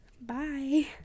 Bye